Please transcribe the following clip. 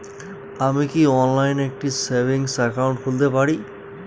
আমি কি অনলাইন একটি সেভিংস একাউন্ট খুলতে পারি?